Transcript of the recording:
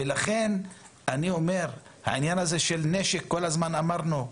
ולכן אני אומר, העניין הזה של נשק, כל הזמן אמרנו.